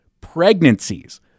Pregnancies